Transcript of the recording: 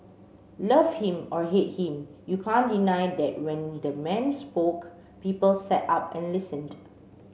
love him or hate him you can't deny that when the man spoke people sat up and listened